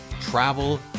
travel